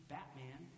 Batman